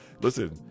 listen